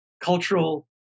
cultural